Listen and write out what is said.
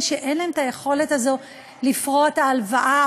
כי אין להן היכולת הזו לפרוע את ההלוואה.